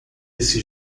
esses